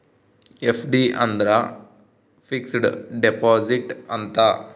FD ಅಂದ್ರ fixed deposit ಅಂತ